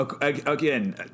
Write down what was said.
Again